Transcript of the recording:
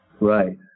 Right